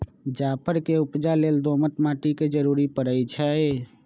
जाफर के उपजा लेल दोमट माटि के जरूरी परै छइ